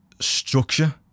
structure